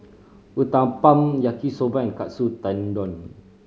Uthapam Yaki Soba and Katsu Tendon